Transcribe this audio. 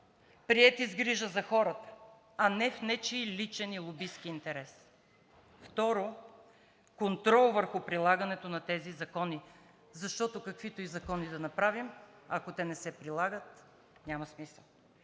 приети с грижа за хората, а не в нечий личен и лобистки интерес. Второ, контрол върху прилагането на тези закони, защото каквито и закони да направим, ако те не се прилагат, няма смисъл.